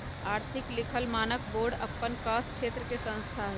आर्थिक लिखल मानक बोर्ड अप्पन कास क्षेत्र के संस्था हइ